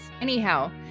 Anyhow